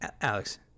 Alex